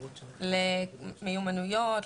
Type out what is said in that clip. למיומנויות,